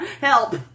Help